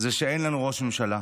שאין לנו ראש ממשלה.